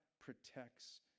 protects